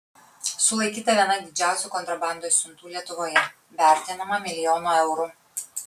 sulaikyta viena didžiausių kontrabandos siuntų lietuvoje vertinama milijonu eurų